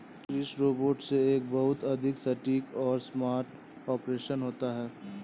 कृषि रोबोट से एक बहुत अधिक सटीक और स्मार्ट ऑपरेशन होता है